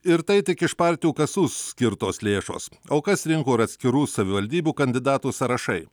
ir tai tik iš partijų kasų skirtos lėšos o kas rinko ir atskirų savivaldybių kandidatų sąrašai